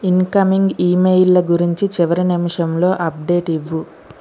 incoming ఈమెయిళ్ళ గురించి చివరి నిమిషంలో అప్డేట్ ఇవ్వు